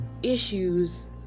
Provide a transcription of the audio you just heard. Issues